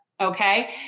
okay